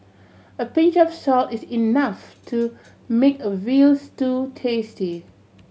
a pinch of salt is enough to make a veal stew tasty